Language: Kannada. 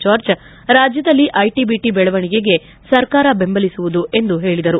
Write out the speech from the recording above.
ಜಾರ್ಜ್ ರಾಜ್ಣದಲ್ಲಿ ಐಟಿ ಬಿಟಿ ಬೆಳವಣಿಗೆಗೆ ಸರ್ಕಾರ ಬೆಂಬಲಿಸುವುದು ಎಂದು ಹೇಳಿದರು